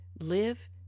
live